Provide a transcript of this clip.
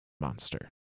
monster